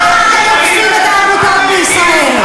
ככה אתם מנצלים את העמותות בישראל.